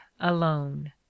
alone